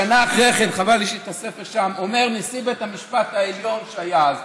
שנה אחרי כן אומר נשיא בית המשפט העליון שהיה אז,